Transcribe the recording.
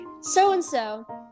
so-and-so